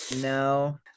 no